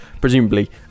presumably